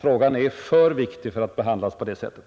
Frågan är alltför betydelsefull för att behandlas på det sättet.